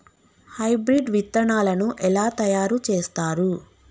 Hybrid విత్తనాలను ఎలా తయారు చేస్తారు?